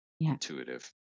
intuitive